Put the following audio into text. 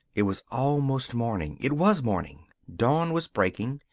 it was almost morning. it was morning. dawn was breaking.